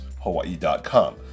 hawaii.com